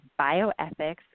bioethics